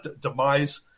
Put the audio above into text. demise